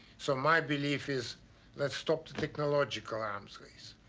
so my belief is let's stop the technological arms race.